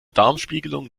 darmspiegelung